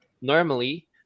normally